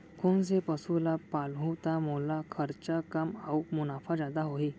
कोन से पसु ला पालहूँ त मोला खरचा कम अऊ मुनाफा जादा होही?